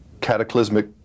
cataclysmic